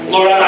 Lord